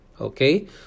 Okay